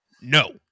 no